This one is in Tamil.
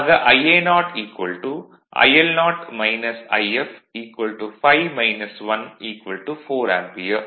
ஆக Ia0 IL0 If 5 1 4 ஆம்பியர்